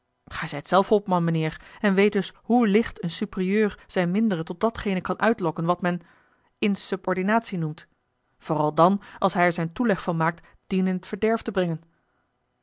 gij zijt zelf hopman mijnheer en weet dus hoe licht een superieur zijn mindere tot datgene kan uitlokken wat men insubordinatie noemt vooral dàn als hij er zijn toeleg van maakt dien in t verderf te brengen